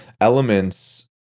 elements